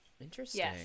Interesting